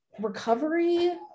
recovery